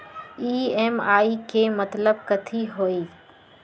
EMI के मतलब कथी होई?